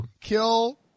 Kill